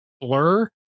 Blur